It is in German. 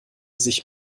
sich